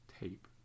tape